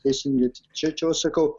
teisingai čia čia aš sakau